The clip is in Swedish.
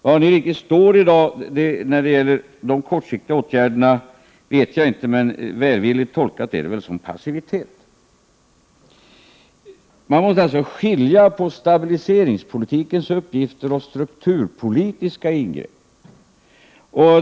Var ni står i dag när det gäller de kortsiktiga åtgärderna vet jag inte riktigt, men välvilligt tolkat står ni väl för passivitet. Man måste skilja på stabiliseringspolitikens uppgifter och strukturpolitiska ingrepp.